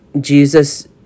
Jesus